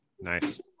Nice